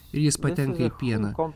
jis patenka į pieną